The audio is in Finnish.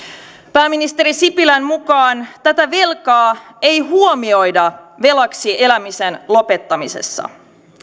pääministeri sipilän mukaan tätä velkaa ei huomioida velaksi elämisen lopettamisessa